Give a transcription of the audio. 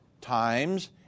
times